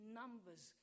numbers